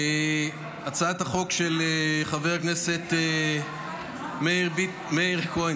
הצעת החוק של חבר הכנסת מאיר כהן